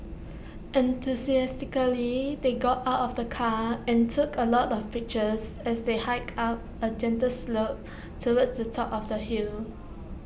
enthusiastically they got out of the car and took A lot of pictures as they hiked up A gentle slope towards the top of the hill